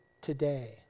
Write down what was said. today